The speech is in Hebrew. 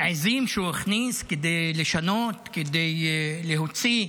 עיזים שהוא הכניס כדי לשנות, כדי להוציא,